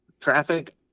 traffic